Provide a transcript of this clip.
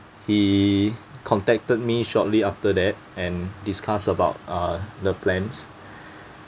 he contacted me shortly after that and discuss about uh the plans